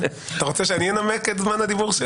לקחתי את כל זמן הדיבור.